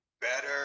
better